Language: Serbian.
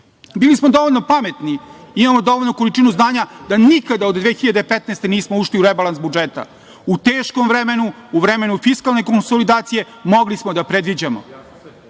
Bili smo dovoljno pametni, imamo dovoljnu količinu znanja da nikada od 2015. godine nismo ušli u rebalans budžeta. U teškom vremenu, u vremenu fiskalne konsolidacije mogli smo da predviđamo. Mogli